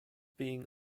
being